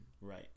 Right